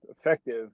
effective